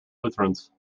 lutherans